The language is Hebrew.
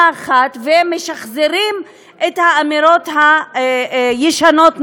אחת ומשחזרים את האמירות הישנות-נושנות.